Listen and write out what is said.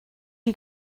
you